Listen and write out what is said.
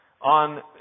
on